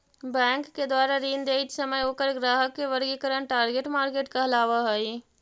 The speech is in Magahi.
बैंक के द्वारा ऋण देइत समय ओकर ग्राहक के वर्गीकरण टारगेट मार्केट कहलावऽ हइ